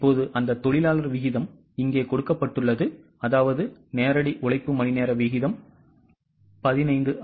இப்போது அந்த தொழிலாளர் விகிதம் இங்கே கொடுக்கப்பட்டுள்ளது அதாவது நேரடி உழைப்பு மணிநேர வீதம் 15